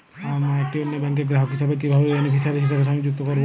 আমার মা একটি অন্য ব্যাংকের গ্রাহক হিসেবে কীভাবে বেনিফিসিয়ারি হিসেবে সংযুক্ত করব?